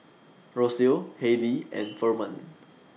Rocio Hailee and Ferman